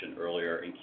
earlier